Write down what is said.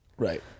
Right